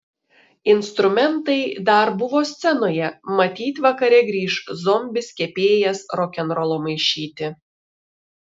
instrumentai dar buvo scenoje matyt vakare grįš zombis kepėjas rokenrolo maišyti